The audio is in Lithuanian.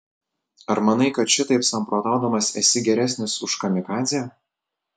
ar manai kad šitaip samprotaudamas esi geresnis už kamikadzę